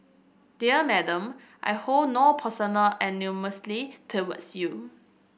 dear Madam I hold no personal animosity towards you